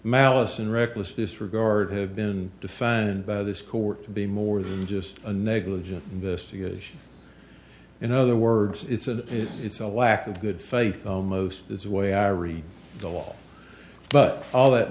malice and reckless disregard have been defined by this court to be more than just a negligent investigation in other words it's a it's a lack of good faith almost as a way i read the law but all that